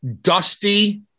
Dusty